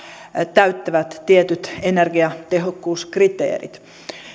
täyttävät tietyt energiatehokkuuskriteerit